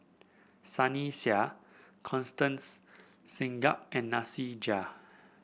Sunny Sia Constance Singam and Nasir Jalil